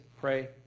pray